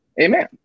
amen